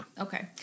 okay